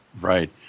Right